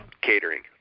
Catering